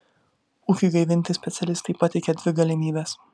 ūkiui gaivinti specialistai pateikia dvi galimybes